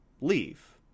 leave